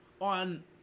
on